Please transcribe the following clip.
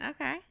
Okay